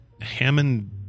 Hammond